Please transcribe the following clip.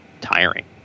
tiring